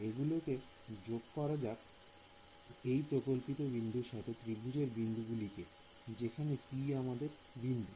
এগুলোকে যোগ করা যাক এই প্রকল্পিত বিন্দুর সাথে ত্রিভুজের বিন্দুগুলি কে যেখানে P আমাদের বিন্দু